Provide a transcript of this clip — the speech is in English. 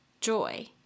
joy